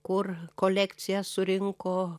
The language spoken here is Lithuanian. kur kolekciją surinko